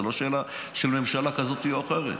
זאת לא שאלה של ממשלה כזאת או אחרת.